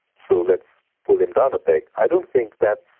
so let's pull him down a peg. i don't think that's